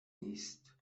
نیست